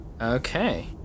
Okay